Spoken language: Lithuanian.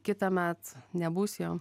kitąmet nebus jo